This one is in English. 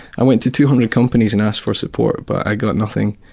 i went to two hundred companies and asked for support, but i got nothing.